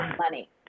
money